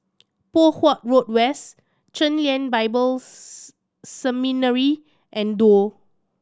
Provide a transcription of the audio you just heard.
Poh Huat Road West Chen Lien Bible Seminary and Duo